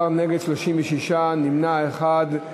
בעד, 17, נגד, 36, נמנע אחד.